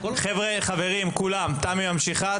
חבר'ה, חברים, כולם, תמי ממשיכה.